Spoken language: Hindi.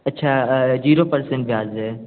अच्छा जीरो पर्सेंट ब्याज है